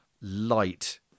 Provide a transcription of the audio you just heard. light